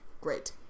Great